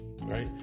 right